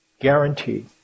guaranteed